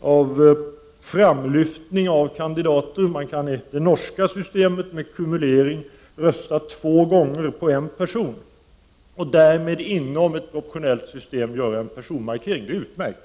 av framlyftning av kandidater. Man kan i det norska systemet med kumulering rösta två gånger på en person och därmed inom ett proportionellt system göra en personmarkering. Det är utmärkt.